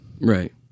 right